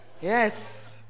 Yes